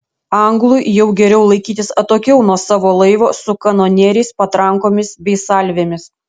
anglui jau geriau laikytis atokiau nuo savo laivo su kanonieriais patrankomis bei salvėmis